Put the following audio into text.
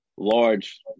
large